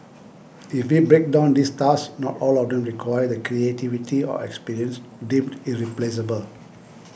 if we break down these tasks not all of them require the creativity or experience deemed irreplaceable